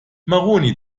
maroni